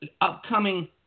upcoming